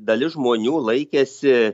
dalis žmonių laikėsi